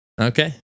Okay